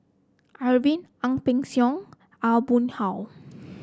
Arifin Ang Peng Siong Aw Boon Haw